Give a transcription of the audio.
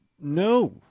no